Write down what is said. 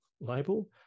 label